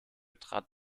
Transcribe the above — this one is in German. trat